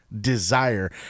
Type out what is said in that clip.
desire